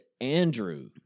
Andrew